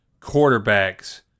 quarterbacks –